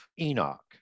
Enoch